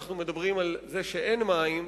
אנחנו מדברים על זה שאין מים,